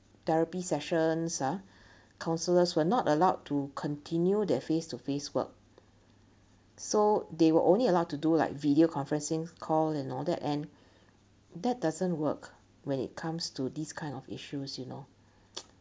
therapy sessions ah counsellors were not allowed to continue their face-to-face work so they were only allowed to do like video conferencing call and all that and that doesn't work when it comes to this kind of issues you know